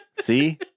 See